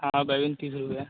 हाँ बैंगन तीस रुपया